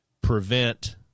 prevent